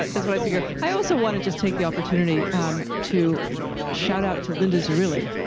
but that's what i figured. i also want to just take the opportunity um to shout out to linda's zerilli,